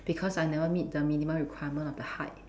because I never meet the minimum requirement of the height